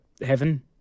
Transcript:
heaven